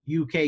uk